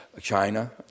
China